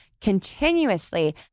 continuously